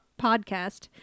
Podcast